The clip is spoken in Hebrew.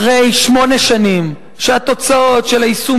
אחרי שמונה שנים שהתוצאות של היישום